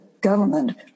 government